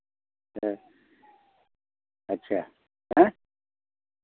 अच्छा हाँ